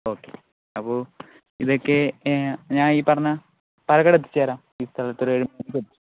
okay അപ്പോൾ ഇതൊക്കെ ഞാൻ ഈ പറഞ്ഞ പാലക്കാട് എത്തിച്ചു തരാം ഈ സ്ഥലത്ത് ഒരു ഏഴ് മണിക്ക് എത്തിച്ച് തരാം